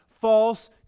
false